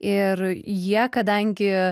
ir jie kadangi